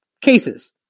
cases